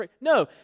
no